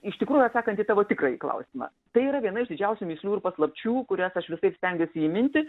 iš tikrųjų atsakant į tavo tikrąjį klausimą tai yra viena iš didžiausių mįslių ir paslapčių kurias aš visaip stengiuosi įminti